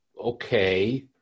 okay